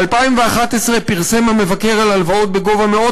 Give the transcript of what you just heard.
ב-2011 פרסם המבקר על הלוואות בגובה מאות